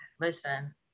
listen